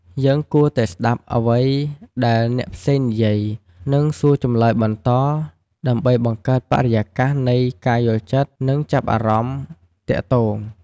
យើងគួរតែស្ដាប់អ្វីដែលអ្នកផ្សេងនិយាយ និងសួរចម្លើយបន្ត ដើម្បីបង្កើតបរិយាកាសនៃការយល់ចិត្ត និងចាប់អារម្មណ៍ទាក់ទង។